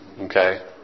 Okay